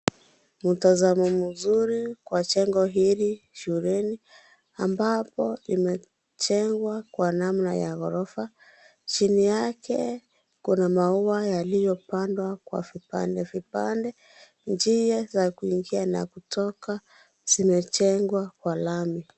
Mtazamo mzuri wa jengo hili shuleni ambapo imejengwa kwa namna ya gorofa. Chini yake kuna maua yaliyopandwa kwa vipande vipande. Njia za kuingia na kutoka zimejengwa kwa lami.